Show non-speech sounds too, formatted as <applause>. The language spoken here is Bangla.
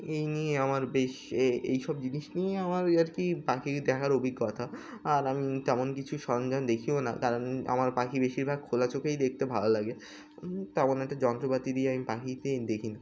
এই নিয়ে আমার বেশ এ এই সব জিনিস নিয়েই আমার আর কি পাখি দেখার অভিজ্ঞতা আর আমি তেমন কিছু সরঞ্জাম দেখিও না কারণ আমার পাখি বেশিরভাগ খোলা চোখেই দেখতে ভালো লাগে তেমন একটা যন্ত্রপাতি দিয়ে আমি পাখি <unintelligible> দেখি না